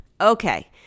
Okay